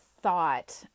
thought